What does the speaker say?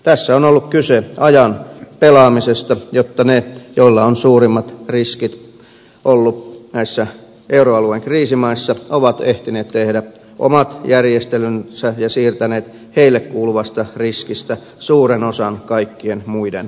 tässä on ollut kyse ajan pelaamisesta jotta ne joilla on suurimmat riskit ollut näissä euroalueen kriisimaissa ovat ehtineet tehdä omat järjestelynsä ja siirtäneet heille kuuluvasta riskistä suuren osan kaikkien muiden maksettavaksi